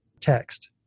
text